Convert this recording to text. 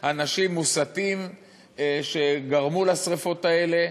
אנשים מוסתים שגרמו לשרפות האלה.